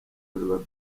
birwa